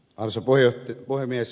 arvoisa puhemies